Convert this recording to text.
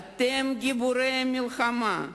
אתם גיבורי המלחמה.